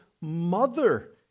mother